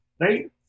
right